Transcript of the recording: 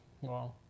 Wow